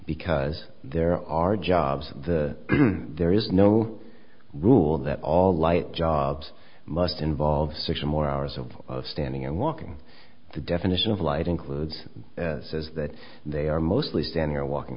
because there are jobs the there is no rule that all light jobs must involve six or more hours of standing and walking the definition of light includes says that they are mostly standing or walking